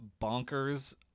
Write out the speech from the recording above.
bonkers